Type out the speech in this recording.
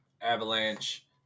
Avalanche